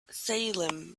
salim